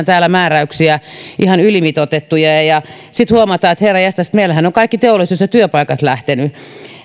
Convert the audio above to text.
täällä ihan ylimitoitettuja määräyksiä ja sitten huomataan että herranjestas meillähän on kaikki teollisuus ja työpaikat lähteneet